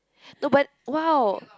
no but !wow!